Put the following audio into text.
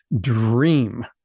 dream